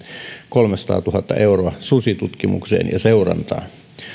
kolmesataatuhatta euroa susitutkimukseen ja seurantaan